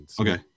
Okay